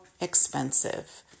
expensive